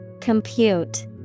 Compute